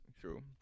true